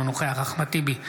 אינו נוכח אחמד טיבי,